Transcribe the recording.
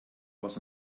was